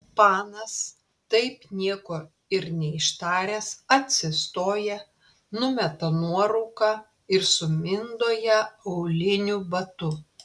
panas taip nieko ir neištaręs atsistoja numeta nuorūką ir sumindo ją auliniu batu